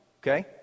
okay